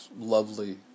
lovely